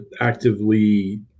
actively